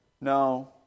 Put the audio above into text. No